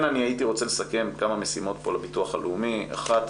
הייתי רוצה לסכם כמה משימות לביטוח הלאומי, אחת